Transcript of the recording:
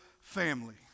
family